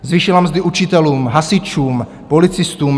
Zvýšila mzdy učitelům, hasičům, policistům.